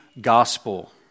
gospel